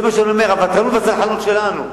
זה מה שאני אומר, הבטלנות והסלחנות שלנו.